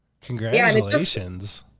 congratulations